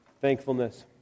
thankfulness